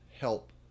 help